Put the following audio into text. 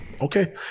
okay